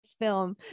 film